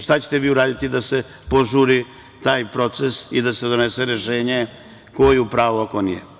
Šta ćete vi uraditi da se požuri taj proces i da se donese rešenje ko je u pravu, a ko nije?